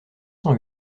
cent